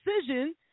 decision